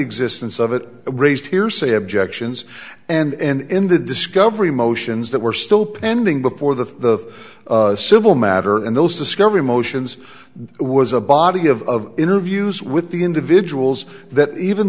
existence of it raised hearsay objections and in the discovery motions that were still pending before the civil matter and those discovery motions was a bomb body of interviews with the individuals that even